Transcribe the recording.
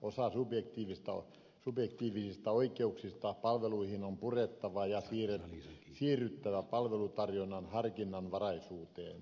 osa subjektiivisista oikeuksista palveluihin on purettava ja on siirryttävä palvelutarjonnan harkinnanvaraisuuteen